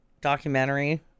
documentary